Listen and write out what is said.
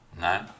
No